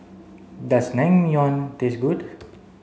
does Naengmyeon taste good